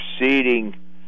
proceeding